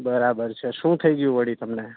બરાબર છે શું થઈ ગયું વળી તમને